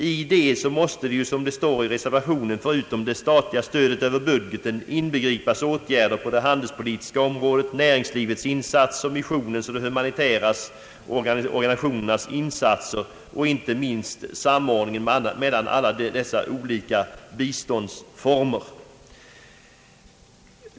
I en helhetssyn på biståndsverksamheten måste, som det står i reservationen, förutom det statliga stödet över budgeten »inbegripas åtgärder på det handelspolitiska området, näringslivets insatser, missionens och de humanitära organisationernas insatser och, inte minst, samordningen mellan alla dessa biståndsformer».